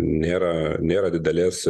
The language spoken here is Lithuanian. nėra nėra didelės